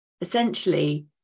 Essentially